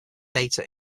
data